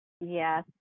Yes